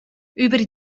über